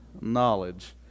knowledge